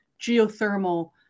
geothermal